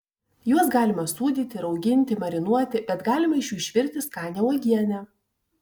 juos galima sūdyti rauginti marinuoti bet galima iš jų išvirti skanią uogienę